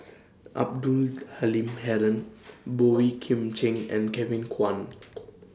Abdul Halim Haron Boey Kim Cheng and Kevin Kwan